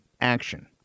action